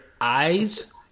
eyes